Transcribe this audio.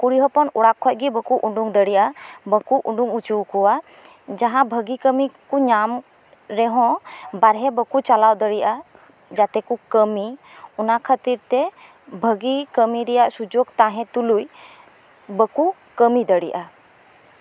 ᱠᱩᱲᱤ ᱦᱚᱯᱚᱱ ᱚᱲᱟᱜ ᱠᱷᱚᱡ ᱜᱮ ᱵᱟᱠᱚ ᱩᱸᱰᱩᱝ ᱫᱟᱲᱮᱭᱟᱜᱼᱟ ᱵᱟᱠᱚ ᱩᱸᱰᱩᱸᱝ ᱚᱪᱚᱣ ᱠᱚᱣᱟ ᱡᱟᱦᱟᱸ ᱵᱷᱟᱹᱜᱤ ᱠᱟᱢᱤ ᱠᱚ ᱧᱟᱢ ᱨᱮᱦᱚᱸ ᱵᱟᱨᱦᱮ ᱵᱟᱠᱚ ᱪᱟᱞᱟᱣ ᱫᱟᱲᱮᱭᱟᱜᱼᱟ ᱡᱟᱛᱮ ᱠᱚ ᱠᱟᱹᱢᱤ ᱚᱱᱟ ᱠᱷᱟᱹᱛᱤᱨ ᱛᱮ ᱵᱷᱟᱹᱜᱤ ᱠᱟᱹᱢᱤ ᱨᱮᱭᱟᱜ ᱥᱩᱡᱳᱜᱽ ᱛᱟᱦᱮᱸ ᱛᱩᱞᱩᱡ ᱵᱟᱠᱚ ᱠᱟᱹᱢᱤ ᱫᱟᱲᱮᱜᱼᱟ